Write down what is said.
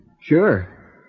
Sure